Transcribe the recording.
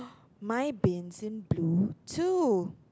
my bin's in blue too